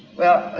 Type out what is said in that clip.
well,